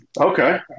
Okay